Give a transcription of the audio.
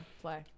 play